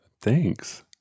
thanks